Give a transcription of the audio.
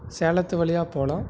சேலத்து வழியாக போகலாம்